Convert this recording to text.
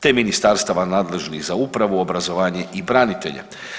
te ministarstava nadležnih za upravu, obrazovanje i branitelje.